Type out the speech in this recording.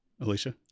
Alicia